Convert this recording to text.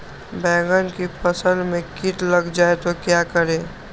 बैंगन की फसल में कीट लग जाए तो क्या करें?